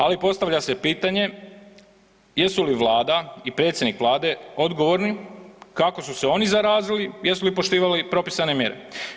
Ali postavlja se pitanje jesu li Vlada i predsjednik Vlade odgovorni, kako su se oni zarazili, jesu li poštivali propisane mjere?